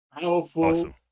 Powerful